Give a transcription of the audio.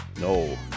No